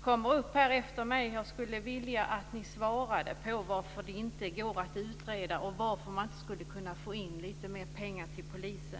kommer upp här i talarstolen efter mig svarar på varför det inte går att utreda och varför man inte skulle kunna få in lite mer pengar till polisen.